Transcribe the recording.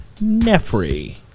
Nefri